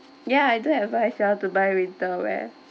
ya I do advise you all to buy winter wear